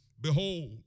Behold